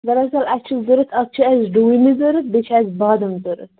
دَراَصل اَسہِ چھِ ضوٚرَتھ اَکھ چھِ اَسہِ ڈوٗنہِ ضوٚرَتھ بیٚیہِ چھِ اَسہِ بادَم ضوٚرَتھ